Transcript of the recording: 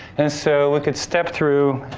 and so, we can step through